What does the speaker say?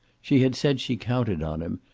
she had said she counted on him,